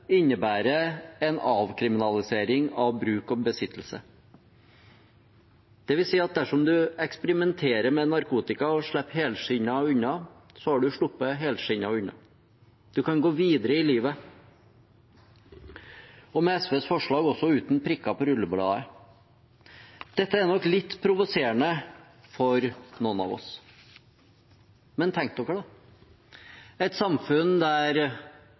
innebærer en avkriminalisering av bruk og besittelse. Det vil si at dersom man eksperimenterer med narkotika og slipper helskinnet unna, har man sluppet helskinnet unna. Man kan gå videre i livet – med SVs forslag også uten prikker på rullebladet. Dette er nok litt provoserende for noen av oss. Men tenk dere et samfunn der